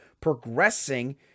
progressing